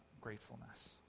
gratefulness